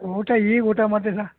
ಊಟ ಈಗ ಊಟ ಮಾಡ್ತಿದ್ದನ್ನ